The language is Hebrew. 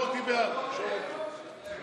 תרשום אותי בעד, תרשום אותי.